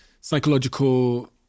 psychological